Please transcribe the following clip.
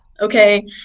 okay